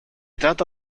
trata